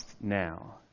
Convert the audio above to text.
now